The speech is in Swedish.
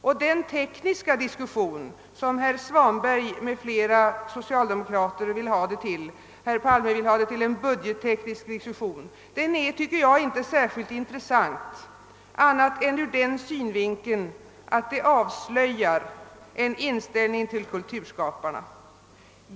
Den tekniska diskussion som herr Svanberg och andra socialdemokrater vill ha det till — för herr Palme är det en budgetteknisk diskussion — är inte särskilt intressant annat än ur den synvinkeln att det avslöjar inställningen till kulturskaparna.